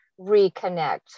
reconnect